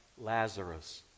Lazarus